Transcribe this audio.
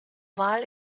wahl